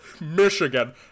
Michigan